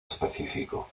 específico